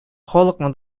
халыкны